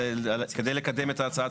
כדי לקדם את ההצעה,